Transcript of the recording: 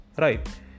Right